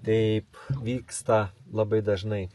taip vyksta labai dažnai